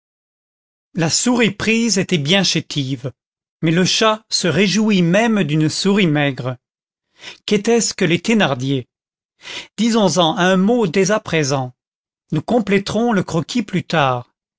la souris prise était bien chétive mais le chat se réjouit même d'une souris maigre qu'était-ce que les thénardier disons en un mot dès à présent nous compléterons le croquis plus tard